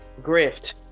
grift